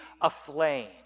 aflame